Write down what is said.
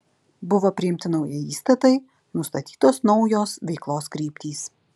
buvo priimti nauji įstatai nustatytos naujos veiklos kryptys